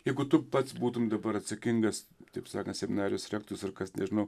jeigu tu pats būtume dabar atsakingas taip sakant seminarijos rektorius ar kas nežinau